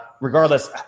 regardless